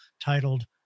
titled